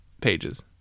pages